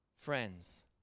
Friends